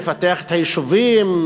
לפתח את היישובים,